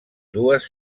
dues